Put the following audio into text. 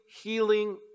healing